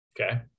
Okay